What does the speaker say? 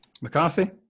McCarthy